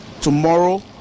tomorrow